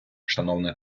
шановне